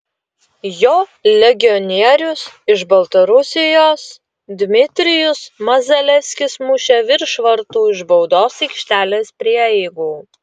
jo legionierius iš baltarusijos dmitrijus mazalevskis mušė virš vartų iš baudos aikštelės prieigų